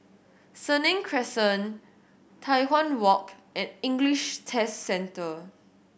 Senang Crescent Tai Hwan Walk and English Test Centre